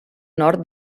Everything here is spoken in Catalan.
nord